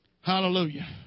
Hallelujah